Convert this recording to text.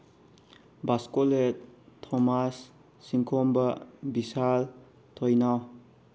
ꯕꯥꯁꯀꯣꯂꯦꯠ Thomas ꯆꯤꯡꯈꯣꯝꯕ ꯕꯤꯁꯥꯜ ꯊꯣꯏꯅꯥꯎ